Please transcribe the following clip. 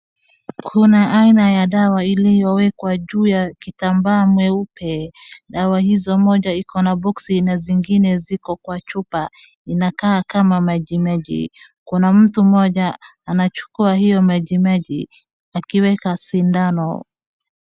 Kuna aina ya dawa iliyowekwa juu ya kitambaa mweupe. Dawa hizo moja ikona boksi na zingine ziko kwa chupa. Zinakaa kama majimaji, kuna mtu mmoja anachukua hio majimaji akiweka sindano.